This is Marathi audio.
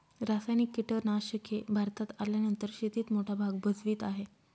रासायनिक कीटनाशके भारतात आल्यानंतर शेतीत मोठा भाग भजवीत आहे